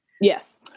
Yes